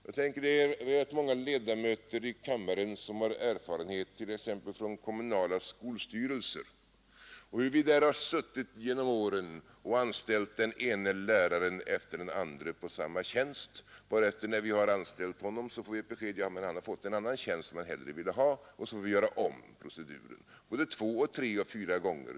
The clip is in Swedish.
Det är ganska många ledamöter i denna kammare som har erfarenhet från t.ex. kommunala skolstyrelser och som genom åren har varit med om att anställa den ene läraren efter den andre på samma tjänst. När vi har anställt en lärare får vi besked om att han har fått en annan tjänst som han hellre vill ha, och så får vi göra om proceduren både två, tre och fyra gånger.